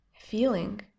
feeling